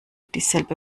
dieselbe